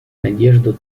надежду